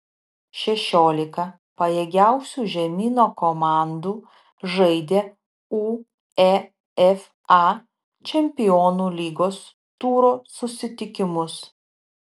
šešiolika pajėgiausių žemyno komandų žaidė uefa čempionų lygos turo susitikimus